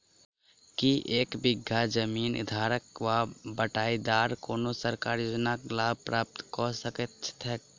की एक बीघा जमीन धारक वा बटाईदार कोनों सरकारी योजनाक लाभ प्राप्त कऽ सकैत छैक?